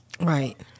Right